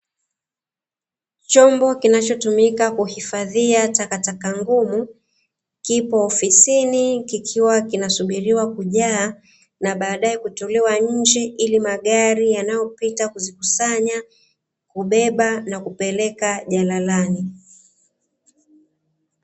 Chombo kinachotumika kuhifadhia takataka ngumu kipo ofisini, kikiwa kinasubiriwa kujaa na baadae kutolewa nje ili magari yanayopita kuzikusanya kubeba na kupeleka jalalani.